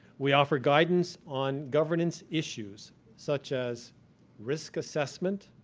we offer guidance on governance issues such as risk assessment,